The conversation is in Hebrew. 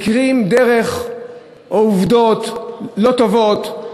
או עובדות לא טובות,